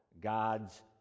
God's